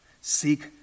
Seek